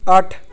ਅੱਠ